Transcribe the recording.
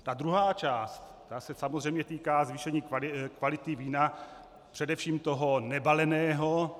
Ta druhá část, ta se samozřejmě týká zvýšení kvality vína, především toho nebaleného.